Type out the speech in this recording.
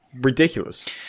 ridiculous